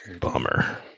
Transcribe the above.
Bummer